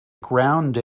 ground